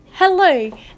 Hello